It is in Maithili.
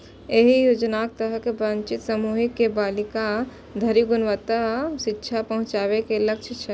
एहि योजनाक तहत वंचित समूह के बालिका धरि गुणवत्तापूर्ण शिक्षा पहुंचाबे के लक्ष्य छै